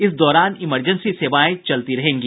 इस दौरान इमरजेंसी सेवा चलती रहेगी